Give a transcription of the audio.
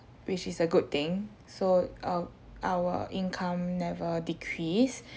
which is a good thing so uh our income never decrease